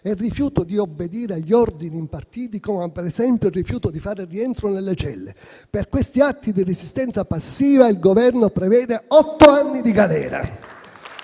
e il rifiuto di obbedire agli ordini impartiti, come per esempio il rifiuto di fare rientro nelle celle. Per questi atti di resistenza passiva il Governo prevede otto anni di galera.